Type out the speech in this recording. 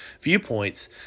viewpoints